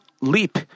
leap